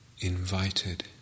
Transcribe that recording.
invited